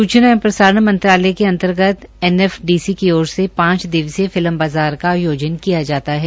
सूचना एवं प्रसारण मंत्रालय के अंतर्गत एनएफडीसी की ओर से पांच दिवसीय फिल्म बाज़ार का आयोजन किया जाता है